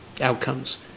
outcomes